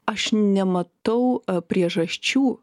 aš nematau priežasčių